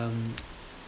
um